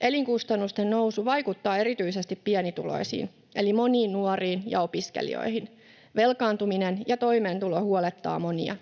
Elinkustannusten nousu vaikuttaa erityisesti pienituloisiin eli moniin nuoriin ja opiskelijoihin. Velkaantuminen ja toimeentulo huolettavat monia.